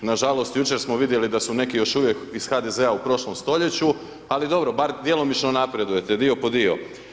Nažalost jučer smo vidjeli da su neki još uvijek iz HDZ-a u prošlom stoljeću, ali dobro, bar djelomično napredujete, dio po dio.